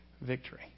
victory